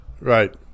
Right